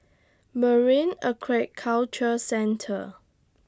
Marine Aquaculture Centre